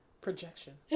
Projection